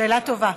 שאלה טובה.